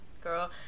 girl